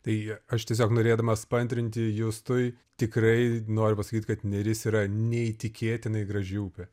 tai aš tiesiog norėdamas paantrinti justui tikrai noriu pasakyt kad neris yra neįtikėtinai graži upė